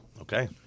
Okay